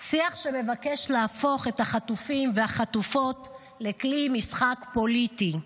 שיח שמבקש להפוך את החטופים והחטופות לכלי משחק פוליטי.